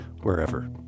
wherever